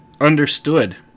understood